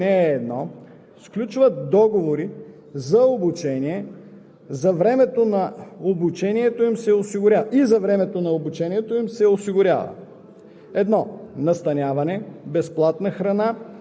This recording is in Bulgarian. Обстоятелството по ал. 1, т. 4 се установява служебно. (6) Българските граждани по ал. 1 сключват договори за обучение